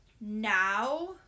now